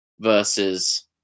versus